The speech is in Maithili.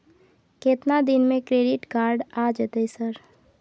केतना दिन में क्रेडिट कार्ड आ जेतै सर?